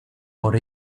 por